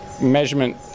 measurement